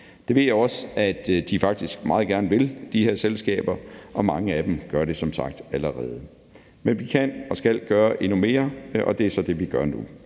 Det ved jeg også at de her selskaber faktisk meget gerne vil, og mange af dem gør det som sagt allerede. Men vi kan og skal gøre endnu mere, og det er så det, vi gør nu.